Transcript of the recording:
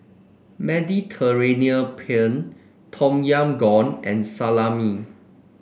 Mediterranean Penne Tom Yam Goong and Salami